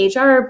hr